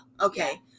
okay